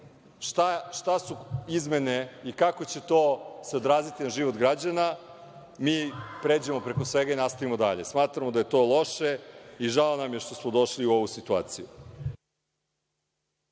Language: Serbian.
šta su izmene i kako će to se odraziti na život građana, mi pređemo preko svega i nastavimo dalje. Smatramo da je to loše i žao nam je što smo došli u ovu situaciju.